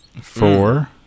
Four